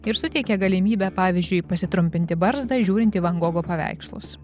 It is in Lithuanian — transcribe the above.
ir suteikė galimybę pavyzdžiui pasitrumpinti barzdą žiūrint į van gogo paveikslus